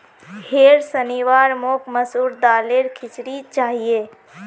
होर शनिवार मोक मसूर दालेर खिचड़ी चाहिए